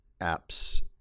apps